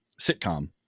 sitcom